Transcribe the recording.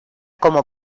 como